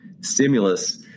stimulus